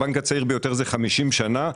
הבנק הצעיר ביותר זה 50 שנה.